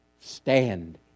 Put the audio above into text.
stand